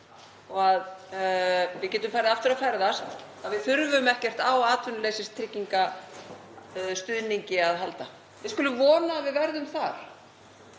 og getum aftur farið að ferðast, að við þurfum ekkert á atvinnuleysistryggingastuðningi að halda. Við skulum vona að við verðum þar,